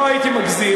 לא הייתי מגזים.